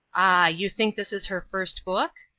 you think this is her first book?